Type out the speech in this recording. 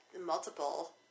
Multiple